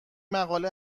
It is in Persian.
مقاله